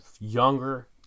younger